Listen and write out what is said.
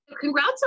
Congrats